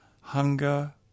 hunger